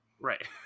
Right